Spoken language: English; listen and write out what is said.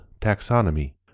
Taxonomy